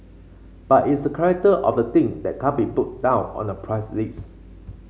but is the character of the thing that can't be put down on a price list